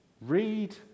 Read